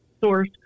source